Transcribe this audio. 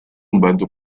membantu